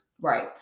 Right